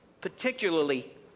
particularly